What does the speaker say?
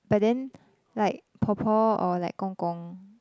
but then like Po-Po or like Gong-Gong